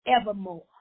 evermore